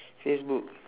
facebook